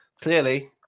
clearly